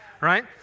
right